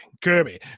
Kirby